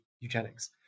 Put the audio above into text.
eugenics